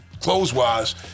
clothes-wise